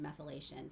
methylation